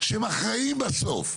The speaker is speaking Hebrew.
שהם אחראים בסוף.